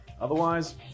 otherwise